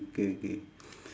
okay okay